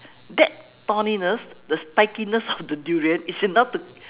that thorniness the spikiness of the durian is enough to